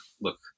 look